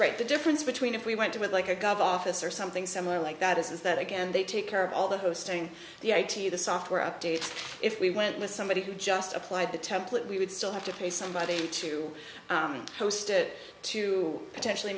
right the difference between if we went to it like of office or something similar like that is that again they take care of all the hosting the id the software updates if we went with somebody who just applied the template we would still have to pay somebody to post it to potentially